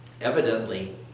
Evidently